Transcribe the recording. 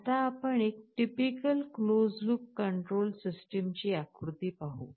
आता आपण एक टिपिकल क्लोज्ड लूप कंट्रोल सिस्टमची आकृती पाहू